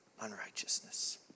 unrighteousness